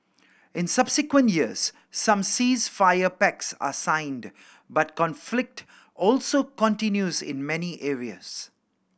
in subsequent years some ceasefire pacts are signed but conflict also continues in many areas